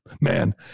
Man